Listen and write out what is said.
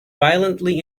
violently